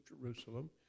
Jerusalem